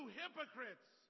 hypocrites